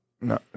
No